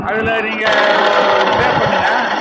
அதில் நீங்கள் ஸ்டே பண்ணுங்கள்